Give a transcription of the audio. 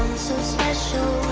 so special,